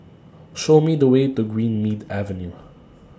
Show Me The Way to Greenmead Avenue